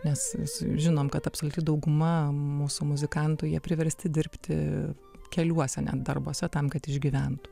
nes žinom kad absoliuti dauguma mūsų muzikantų jie priversti dirbti keliuose net darbuose tam kad išgyventų